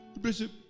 Bishop